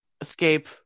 escape